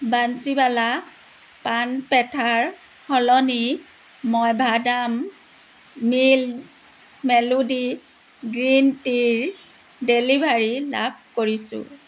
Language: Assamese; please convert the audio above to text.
বান্সীৱালা পান পেথাৰ সলনি মই বাদাম মিণ্ট মেলোডি গ্ৰীণ টিৰ ডেলিভাৰী লাভ কৰিছোঁ